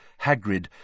Hagrid